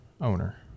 owner